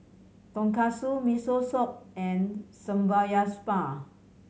Tonkatsu Miso Soup and Samgyeopsal